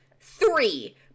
Three